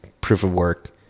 proof-of-work